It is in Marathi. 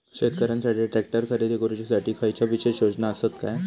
शेतकऱ्यांकसाठी ट्रॅक्टर खरेदी करुच्या साठी खयच्या विशेष योजना असात काय?